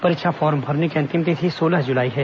परीक्षा फॉर्म भरने की अंतिम तिथि सोलह जुलाई है